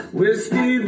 whiskey